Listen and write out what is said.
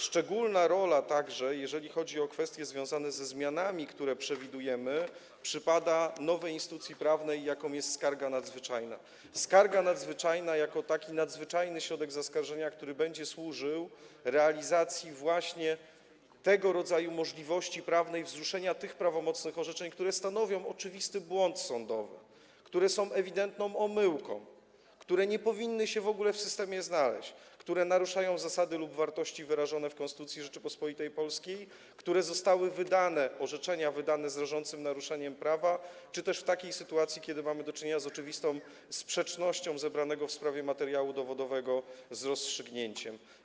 Szczególna rola także, jeżeli chodzi o kwestie związane ze zmianami, które przewidujemy, przypada nowej instytucji prawnej, jaką jest skarga nadzwyczajna - skarga nadzwyczajna jako taki nadzwyczajny środek zaskarżenia, który będzie służył realizacji właśnie tego rodzaju możliwości prawnej, wzruszeniu tych prawomocnych orzeczeń, które stanowią oczywisty błąd sądowy, które są ewidentną omyłką, które nie powinny się w ogóle w systemie znaleźć, które naruszają zasady lub wartości wyrażone w Konstytucji Rzeczypospolitej Polskiej, które zostały wydane z rażącym naruszeniem prawa czy też w takiej sytuacji, kiedy to mamy do czynienia z oczywistą sprzecznością zebranego w sprawie materiału dowodowego z rozstrzygnięciem.